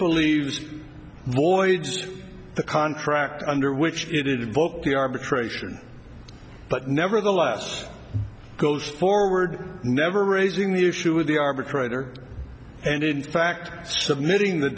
believes voids the contract under which it invoked the arbitration but nevertheless goes forward never raising the issue of the arbitrator and in fact submitting the